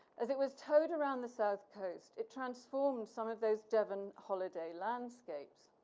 as it was towed around the south coast, it transformed some of those devon holiday landscapes.